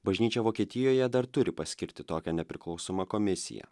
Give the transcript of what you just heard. bažnyčia vokietijoje dar turi paskirti tokią nepriklausomą komisiją